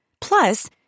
Plus